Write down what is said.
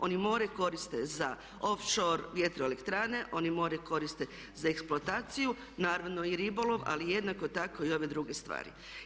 Oni more koriste za off shore vjetroelektrane, oni more koriste za eksploataciju naravno i ribolov ali jednako tako i ove druge stvari.